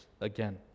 again